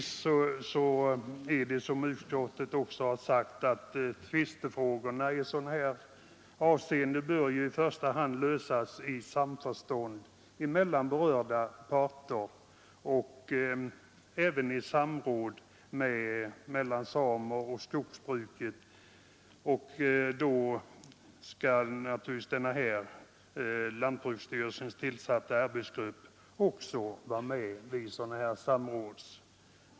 Som utskottet framhåller bör tvistefrågor i sådana avseenden dock i första hand lösas i samförstånd mellan berörda parter och i samråd mellan representanter för samerna och skogsbruket. Den av lantbruksstyrelsen tillsatta arbetsgruppen bör också vara med vid sådana samråd.